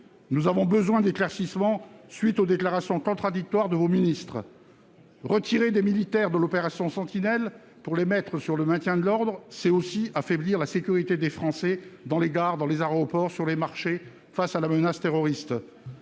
Nous avons besoin d'éclaircissements à la suite des déclarations contradictoires de vos ministres. Retirer des militaires de l'opération Sentinelle pour les mettre sur le maintien de l'ordre, c'est aussi affaiblir la sécurité des Français dans les gares, dans les aéroports, sur les marchés face à la menace terroriste.